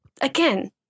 again